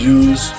use